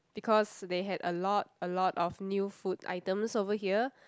because they had a lot a lot of new food items over here